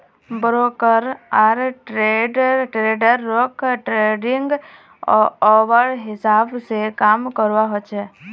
broker आर ट्रेडररोक trading hour हिसाब से काम करवा होचे